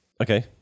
Okay